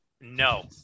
No